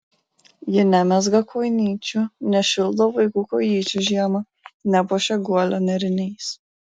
jie nemezga kojinyčių nešildo vaikų kojyčių žiemą nepuošia guolio nėriniais